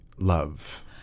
love